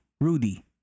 Rudy